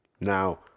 Now